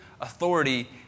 authority